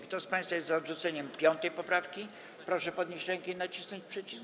Kto z państwa jest za odrzuceniem 5. poprawki, proszę podnieść rękę i nacisnąć przycisk.